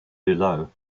below